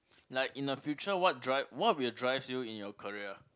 like in a future what drive what will drives you in your career